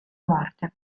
morte